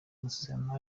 amasezerano